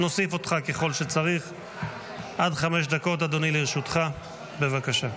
עד שלוש דקות אדוני, לרשותך, בבקשה.